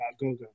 Gogo